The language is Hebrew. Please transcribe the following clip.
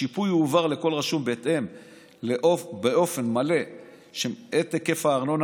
השיפוי שהועבר לכל רשות תאם באופן מלא את היקף הארנונה